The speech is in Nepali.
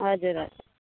हजुर हजुर